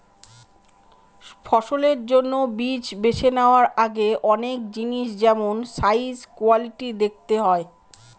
ফসলের জন্য বীজ বেছে নেওয়ার আগে অনেক জিনিস যেমল সাইজ, কোয়ালিটি দেখতে হয়